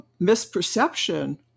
misperception